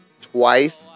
twice